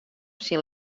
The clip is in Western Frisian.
syn